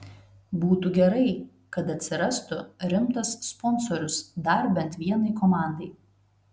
būtų gerai kad atsirastų rimtas sponsorius dar bent vienai komandai